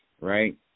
right